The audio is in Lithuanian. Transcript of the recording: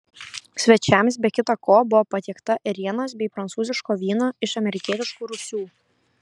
svečiams be kita ko buvo patiekta ėrienos bei prancūziško vyno iš amerikietiškų rūsių